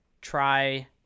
try